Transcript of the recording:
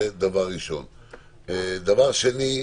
דבר שני,